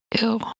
Ew